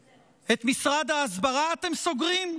את משרד ההסברה אתם סוגרים?